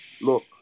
Look